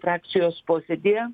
frakcijos posėdyje